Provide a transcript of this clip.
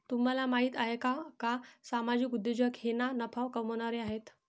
तुम्हाला माहिती आहे का सामाजिक उद्योजक हे ना नफा कमावणारे आहेत